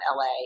LA